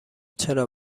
چرا